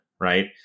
right